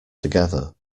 together